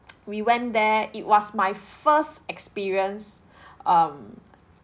we went there it was my first experience um